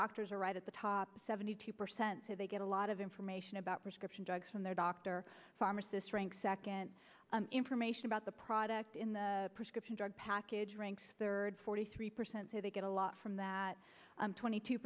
doctors are right at the top seventy two percent say they get a lot of information about prescription drugs from their doctor pharmacist ranks second information about the product in the prescription drug package ranks third forty three percent say they get a lot from that twenty two